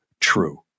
true